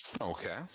Okay